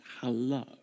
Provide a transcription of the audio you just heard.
hello